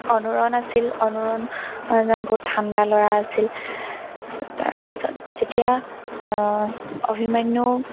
অনুৰণ আছিল অনুৰণ এজন বহুত ঠাণ্ডা ল'ৰা আছিল তাৰপিছত যেতিয়া অভিমন্য়ূ